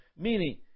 Meaning